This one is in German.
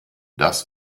das